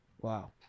Wow